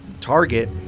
target